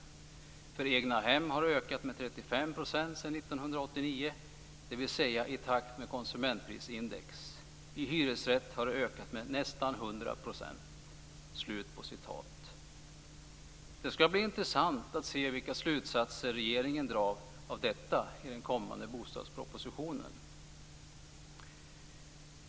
Bostadskostnaderna för egnahem ... har ökat med 35 procent sedan 1989, det vill säga i takt med konsumentprisindex - i hyresrätten har de ökat med nästan 100 procent!" Det skall bli intressant att se vilka slutsatser regeringen drar av detta i den kommande bostadspropositionen.